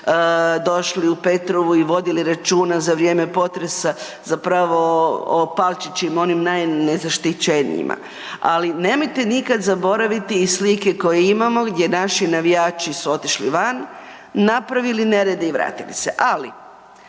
došli u Petrovi i vodili računa za vrijeme potresa zapravo o palčićima onim najnezaštićenijima, ali nemojte nikada zaboraviti i slike koje imamo gdje naši navijači su otišli van, napravili nered i vratili se, ali